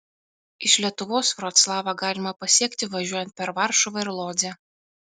iš lietuvos vroclavą galima pasiekti važiuojant per varšuvą ir lodzę